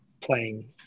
playing